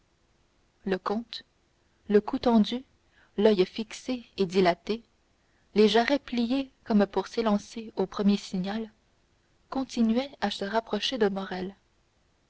le comte le cou tendu l'oeil fixe et dilaté les jarrets pliés comme pour s'élancer au premier signal continuait à se rapprocher de